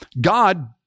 God